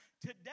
Today